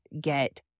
get